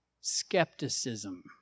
skepticism